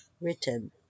written